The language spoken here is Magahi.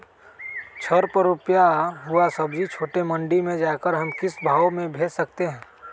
घर पर रूपा हुआ सब्जी छोटे मंडी में जाकर हम किस भाव में भेज सकते हैं?